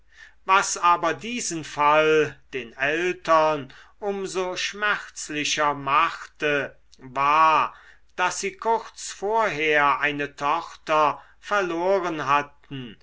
was aber diesen fall den eltern um so schmerzlicher machte war daß sie kurz vorher eine tochter verloren hatten